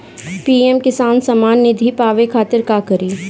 PM Kisan Samman Nidhi पावे खातिर का करी?